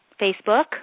Facebook